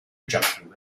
jumping